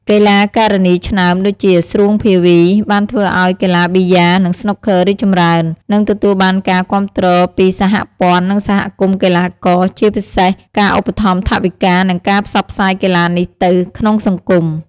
កីឡាការិនីឆ្នើមដូចជា ស្រួង ភាវី បានធ្វើឲ្យកីឡាប៊ីយ៉ា និងស្នូកឃ័ររីកចម្រើន និងទទួលបានការគាំទ្រពីសហព័ន្ធ និងសហគមន៍កីឡាករ ជាពិសេសការឧបត្ថម្ភថវិកា និងការផ្សព្វផ្សាយកីឡានេះទៅ ក្នុងសង្គម។